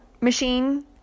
machine